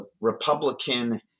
Republican